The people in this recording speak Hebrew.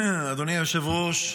אדוני היושב-ראש,